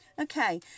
Okay